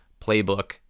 playbook